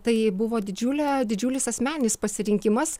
tai buvo didžiulė didžiulis asmeninis pasirinkimas